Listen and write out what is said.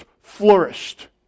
flourished